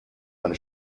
man